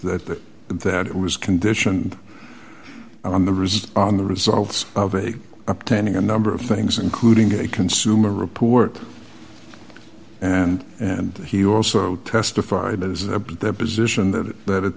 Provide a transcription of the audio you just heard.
that that was conditioned on the results on the results of a attending a number of things including a consumer report and and he also testified as a position that that at